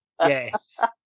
Yes